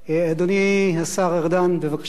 אדוני השר ארדן, בבקשה,